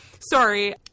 Sorry